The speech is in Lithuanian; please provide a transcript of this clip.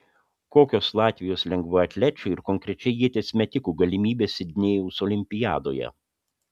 kokios latvijos lengvaatlečių ir konkrečiai ieties metikų galimybės sidnėjaus olimpiadoje